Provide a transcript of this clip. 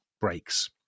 breaks